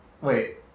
Wait